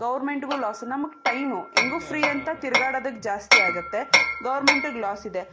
ಗೌರ್ಮೆಂಟ್ಗೂ loss ನಮ್ಗೆ time ಹೆಂಗೂ free ಅಂತ ತಿರ್ಗಾಡದಕ್ಕೆ ಜಾಸ್ತಿ ಆಗತ್ತೆ ಗೌರ್ಮೆಂಟಿಗೆ ಲಾಸಿದೆ